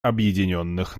объединенных